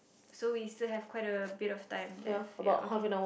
so we still have quite a bit of time left ya okay